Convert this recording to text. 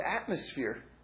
atmosphere